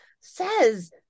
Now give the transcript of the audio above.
says